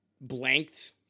blanked